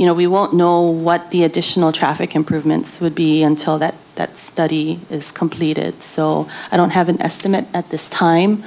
you know we won't know what the additional traffic improvements would be until that that study is completed so i don't have an estimate at this time